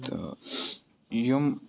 تہٕ یِم